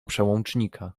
przełącznika